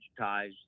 digitized